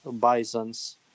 bisons